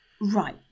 Right